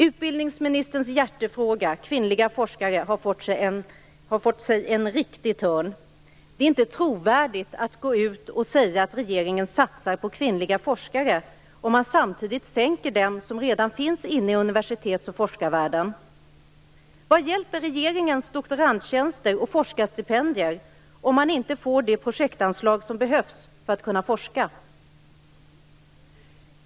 Utbildningsministerns hjärtefråga - kvinnliga forskare - har fått sig en riktig törn. Det är inte trovärdigt att gå ut och säga att regeringen satsar på kvinnliga forskare, om den samtidigt sänker den som redan finns inne i universitets och forskarvärlden. Vad hjälper regeringens doktorandtjänster och forskarstipendier om man inte får det projektanslag som behövs för att kunna forska?